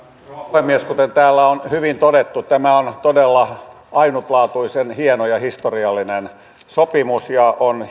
puhemies kuten täällä on hyvin todettu tämä on todella ainutlaatuisen hieno ja historiallinen sopimus ja on